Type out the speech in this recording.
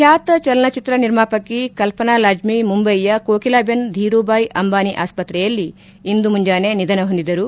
ಬ್ಲಾತ ಚಲನಚಿತ್ರ ನಿರ್ಮಾಪಕಿ ಕಲ್ಪನಾ ಲಾಜ್ನಿ ಮುಂಬೈಯ ಕೋಕಿಲಾಬೆನ್ ಧೀರೂಭಾಯ್ ಅಂಬಾನಿ ಆಸ್ಪತ್ರೆಯಲ್ಲಿ ಇಂದು ಮುಂಜಾನೆ ನಿಧನ ಹೊಂದಿದರು